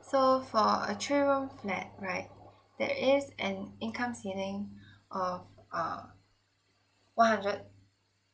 so for a three room flat right there is an income ceiling of uh one hundred